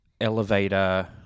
elevator